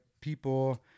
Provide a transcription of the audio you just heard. people